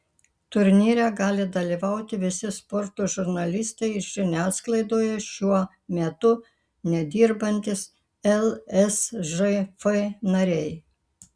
turnyre gali dalyvauti visi sporto žurnalistai ir žiniasklaidoje šiuo metu nedirbantys lsžf nariai